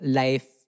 life